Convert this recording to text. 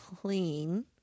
clean